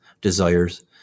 desires